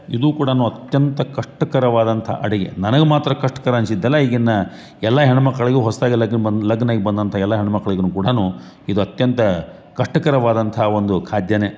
ಇದು ಕೂಡ ಅತ್ಯಂತ ಕಷ್ಟಕರವಾದಂಥ ಅಡಿಗೆ ನನಗೆ ಮಾತ್ರ ಕಷ್ಟಕರ ಅನ್ಸಿದ್ದಲ್ಲ ಈಗಿನ ಎಲ್ಲಾ ಹೆಣ್ಮಕ್ಕಳಿಗೂ ಹೊಸದಾಗಿ ಲಘ್ನ ಬಂದು ಲಘ್ನವಾಗಿ ಬಂದಂಥ ಎಲ್ಲಾ ಹೆಣ್ಮಕ್ಕಳಿಗೂ ಕೂಡ ಇದು ಅತ್ಯಂತ ಕಷ್ಟಕರವಾದಂಥ ಒಂದು ಖಾದ್ಯ